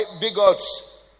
bigots